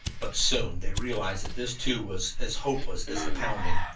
but soon they realized that this, too, was as hopeless as the pounding,